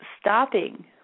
stopping